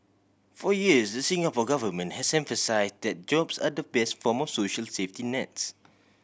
for years the Singapore Government has emphasise that jobs are the best form of social safety nets